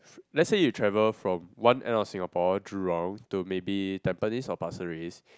let's say you travel from one end of Singapore Jurong to maybe Tampines or Pasir Ris